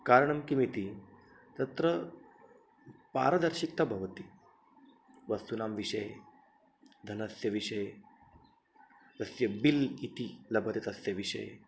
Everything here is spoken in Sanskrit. कारणं किमिति तत्र पारदर्शिक्ता भवति वस्तूनां विषये धनस्य विषये तस्य बिल् इति लभते तस्य विषये